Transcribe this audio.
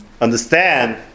understand